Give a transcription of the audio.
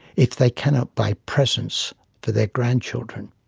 if they cannot buy presents for their grandchildren?